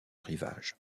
rivage